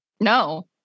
No